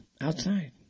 outside